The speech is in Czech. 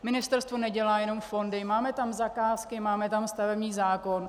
Ministerstvo nedělá jenom fondy, máme tam zakázky, máme tam stavební zákon.